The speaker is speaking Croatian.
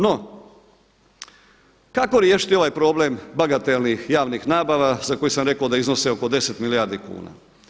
No, kako riješiti ovaj problem bagatelnih javnih nabava za koje sam rekao da iznose oko 10 milijardi kuna?